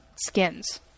skins